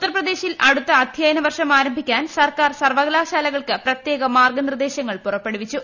ഉത്തർപ്രദേശിൽ അടുത്ത അധ്യയന വർഷം ആരംഭിക്കാൻ സർക്കാർ സർവകലാശാലകൾക്ക് പ്രത്യേക മാർഗ്ഗനിർദ്ദേശങ്ങൾ പുറപ്പെടുവിച്ചു